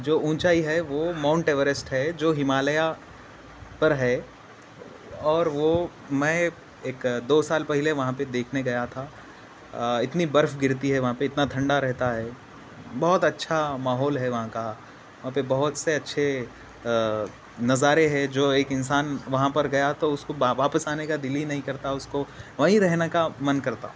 جو اونچائی ہے وہ ماؤنٹ ایوریسٹ ہے جو ہمالیہ پر ہے اور وہ میں ایک دو سال پہلے وہاں پہ دیکھنے گیا تھا اتنی برف گرتی ہے وہاں پہ اتنا تھنڈا رہتا ہے بہت اچھا ماحول ہے وہاں کا وہاں پہ بہت سے اچھے نظارے ہے جو ایک انسان وہاں پر گیا تو اس کو واپس آنے کا دل ہی نہیں کرتا اس کو وہی رہنے کا من کرتا